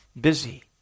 busy